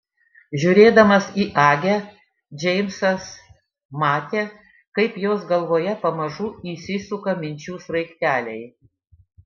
žiūrėdamas į agę džeimsas matė kaip jos galvoje pamažu įsisuka minčių sraigteliai